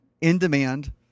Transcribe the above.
in-demand